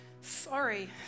sorry